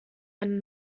ein